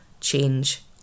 change